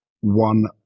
one